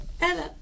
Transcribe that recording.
Hello